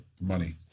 money